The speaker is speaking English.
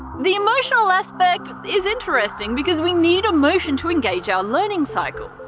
the emotional aspect is interesting because we need emotion to engage our learning cycle.